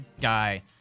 guy